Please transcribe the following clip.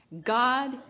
God